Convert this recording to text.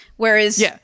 Whereas